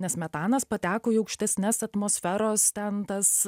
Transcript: nes metanas pateko į aukštesnes atmosferos ten tas